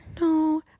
no